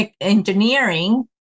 engineering